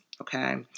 Okay